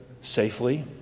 safely